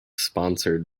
sponsored